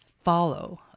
follow